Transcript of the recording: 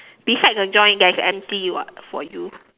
beside the joints there's empty [what] for you